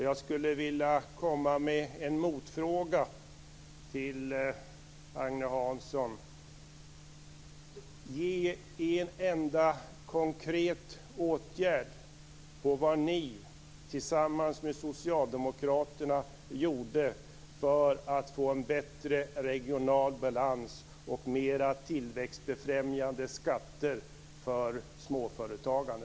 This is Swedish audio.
Jag skulle vilja komma med en motfråga till Agne Hansson: Kan ni nämna en enda konkret åtgärd som ni tillsammans med socialdemokraterna vidtog för att få en bättre regional balans och mera tillväxtbefrämjande skatter för småföretagande?